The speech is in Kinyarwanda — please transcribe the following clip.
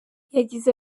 yagize